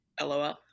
LOL